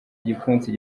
igipfunsi